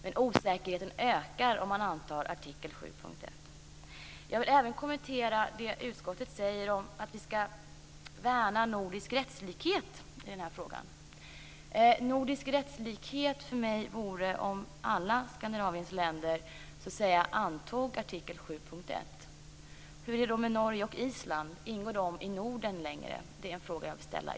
Men osäkerheten ökar om man antar artikel 7.1. Jag vill även kommentera det utskottet säger om att vi skall värna nordisk rättslikhet i denna fråga. Nordisk rättslikhet för mig vore om alla Skandinaviens länder antog artikel 7.1. Hur är det med Norge och Island - ingår de fortfarande i Norden?